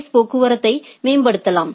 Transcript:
S போக்குவரத்தை மேம்படுத்தலாம்